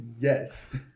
Yes